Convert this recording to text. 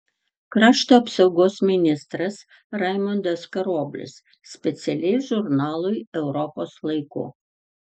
krašto apsaugos ministras raimundas karoblis specialiai žurnalui europos laiku